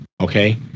Okay